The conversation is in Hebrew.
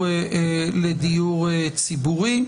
לדיור ציבורי.